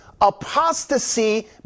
apostasy